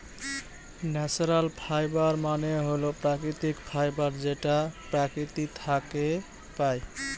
natural fibre মানে হল প্রাকৃতিক ফাইবার যেটা প্রকৃতি থাকে পাই